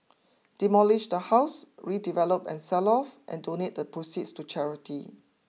demolish the house redevelop and sell off and donate the proceeds to charity